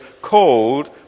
called